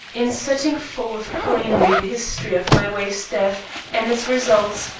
in setting forth plainly the history of my wife's death and its results,